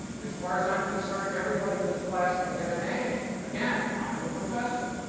as far as i'm concerned everybody in this class can get an a. again, i'm the professor,